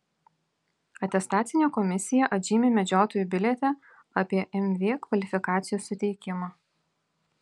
atestacinė komisija atžymi medžiotojų biliete apie mv kvalifikacijos suteikimą